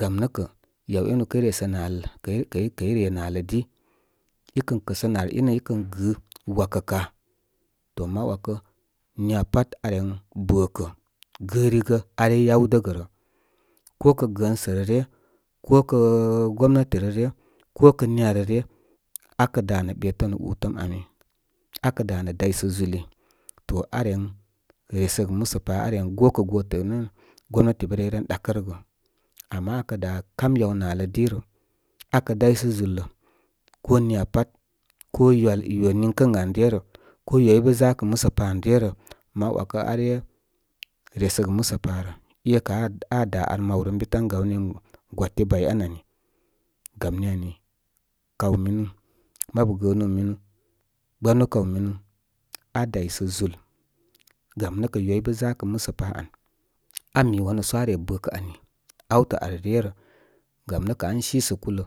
Gamnə kə yaw enu kəy resə nal lə kəy, kəy kəy re nal lə di. I kən kəsə nal inə i kən gɨ wakaka. To ma ‘wakə niya pat aren bə kə gərigə are yawdə yərə. Ko kə gəənsə rə ryə. Ko kə gomnati rə ryə, ko kə niya rə ryə. Akə dá nə ɓetəm nə útəm ami akə danə daysə zúli. To aren resə gə musəpa. Aren gokə gotə, gomnati bə re yeren ɗakə rəgə, ama akə dá kam yaw nalə di rə akə daysə zulə. Ko niya pat ko ywal yo niŋkə an ani ryə rə, ko yo ibə zakə musə pa an ryə rə, ma ‘wakə are resəgə musə pa rə. Ékə aa, aa dá ar mawrə ən bi tan gawni gwati bay an ani. Gamni ani, kaw minu, mabu gəənu minu, gbanu kaw minu, aa daysə zúl. Gam nə kə yo i bə zakə musə pa an, ami wanúú sə are bəkə ani. Awtə ar ryə rə gam nə kə an sisə kula